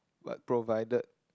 but provided